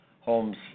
homes